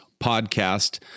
podcast